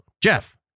Jeff